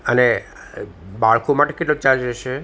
અને બાળકો માટે કેટલો ચાર્જ રહેશે